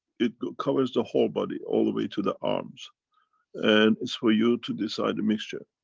it covers the whole body all the way to the arms and it's for you to decide the mixture.